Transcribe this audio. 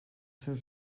seus